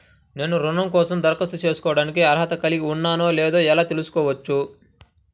నేను రుణం కోసం దరఖాస్తు చేసుకోవడానికి అర్హత కలిగి ఉన్నానో లేదో ఎలా తెలుసుకోవచ్చు?